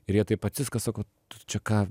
ir jie taip atsisuka sako tu čia ką